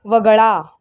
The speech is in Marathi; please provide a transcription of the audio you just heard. वगळा